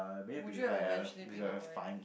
would you have eventually be a vine